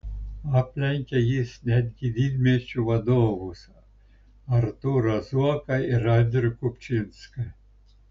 aplenkė jis netgi didmiesčių vadovus artūrą zuoką ir andrių kupčinską